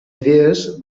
idees